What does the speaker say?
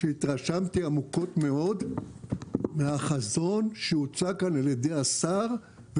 שהתרשמתי עמוקות מאוד מהחזון שהוצג כאן על ידי השר,